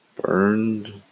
Burned